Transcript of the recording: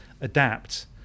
adapt